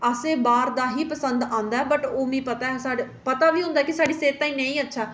असें गी बाह्र दा ई पसंद औंदा ऐ बट ओह् मिगी पता ऐ असें गी पता बी होंदा साढ़ी सेह्त ताईं अच्छा निं ऐ